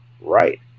right